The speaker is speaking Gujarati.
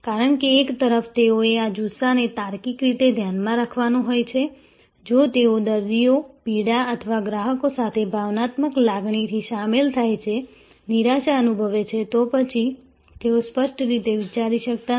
કારણ કે એક તરફ તેઓએ આ જુસ્સાને તાર્કિક રીતે ધ્યાનમાં રાખવાનો હોય છે જો તેઓ દર્દીઓ પીડા અથવા ગ્રાહકો સાથે ભાવનાત્મક લાગણી થી સામેલ થાય છે નિરાશા અનુભવે છે તો પછી તેઓ સ્પષ્ટ રીતે વિચારી શકતા નથી